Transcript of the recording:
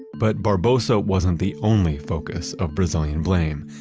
but barbosa wasn't the only focus of brazilian blame.